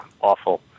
awful